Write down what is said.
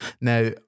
Now